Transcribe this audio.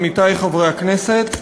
עמיתי חברי הכנסת,